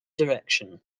direction